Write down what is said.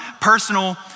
personal